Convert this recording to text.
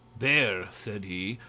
there, said he,